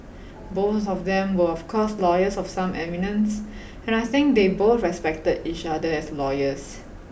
both of them were of course lawyers of some eminence and I think they both respected each other as lawyers